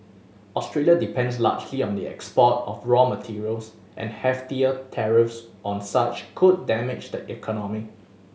Australia depends largely on the export of raw materials and heftier tariffs on such could damage the economy